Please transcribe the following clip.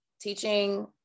teaching